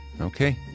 Okay